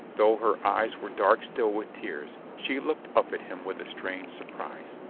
though her eyes were dark still with tears, she looked up at him with a strange surprise.